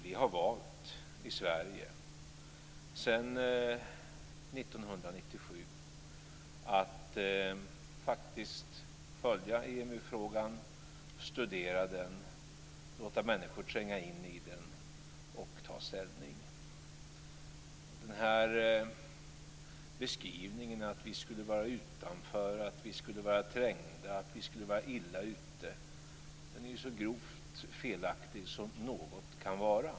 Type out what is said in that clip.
Vi i Sverige har, 1997, valt att faktiskt följa EMU-frågan, studera den och låta människor tränga in i den och ta ställning. Beskrivningen att vi skulle vara utanför och att vi skulle vara trängda och illa ute är så grovt felaktig som någonting kan vara.